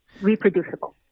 reproducible